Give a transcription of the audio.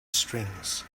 strings